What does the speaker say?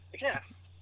Yes